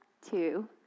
two